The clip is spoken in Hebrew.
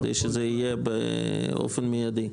כדי שזה יהיה באופן מיידי.